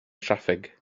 traffig